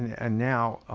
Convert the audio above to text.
and now,